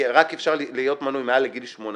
כי רק אפשר להיות מנוי מעל לגיל 18,